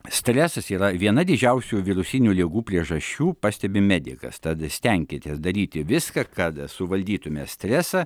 stresas yra viena didžiausių virusinių ligų priežasčių pastebi medikas tad stenkitės daryti viską kad suvaldytume stresą